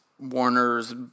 warner's